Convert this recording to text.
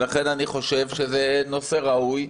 לכן אני חושב שזה נושא ראוי,